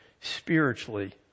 spiritually